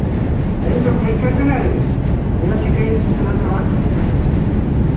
ᱦᱮᱸ ᱤᱧᱫᱚ ᱯᱟᱹᱭᱠᱟᱹᱨ ᱠᱟᱹᱱᱟᱹᱧ ᱧᱮᱞ ᱴᱷᱤᱠᱟᱹᱧ ᱠᱟᱱᱟᱢ ᱥᱮ ᱵᱟᱝ